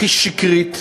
הכי שקרית,